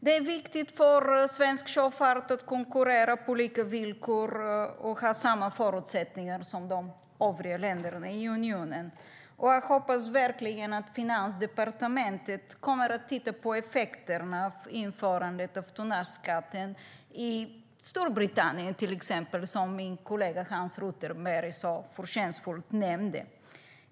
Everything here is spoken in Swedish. Det är viktigt för svensk sjöfart att konkurrera på lika villkor och ha samma förutsättningar som de övriga länderna i unionen. Jag hoppas verkligen att Finansdepartementet kommer att titta på effekterna av införandet av tonnageskatt i till exempel Storbritannien, som min kollega Hans Rothenberg så förtjänstfullt redogjorde för.